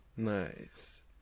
Nice